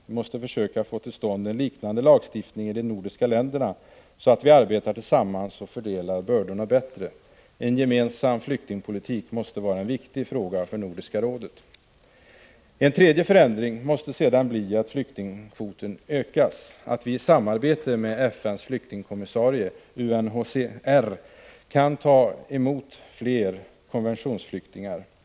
Vi måste försöka få till stånd en liknande lagstiftning i de nordiska länderna så att vi arbetar tillsammans och fördelar bördorna bättre. En gemensam flyktingpolitik måste vara en viktig fråga för Nordiska rådet. En tredje förändring måste sedan bli att flyktingkvoten ökas, att vi i samarbete med FN:s flyktingkommissarie kan ta emot fler konventionsflyktingar.